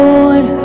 Lord